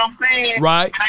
Right